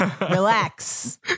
Relax